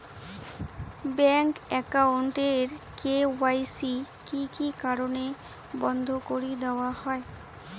Bank account এর KYC কি কি কারণে বন্ধ করি দেওয়া হয়?